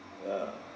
ya